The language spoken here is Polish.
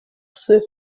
psy